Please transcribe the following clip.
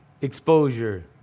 exposure